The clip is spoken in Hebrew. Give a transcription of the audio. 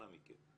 אנא מכם.